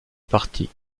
parti